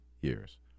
years